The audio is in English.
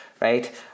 right